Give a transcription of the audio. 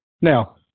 Now